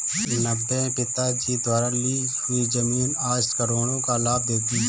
नब्बे में पिताजी द्वारा ली हुई जमीन आज करोड़ों का लाभ देगी